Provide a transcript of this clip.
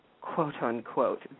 quote-unquote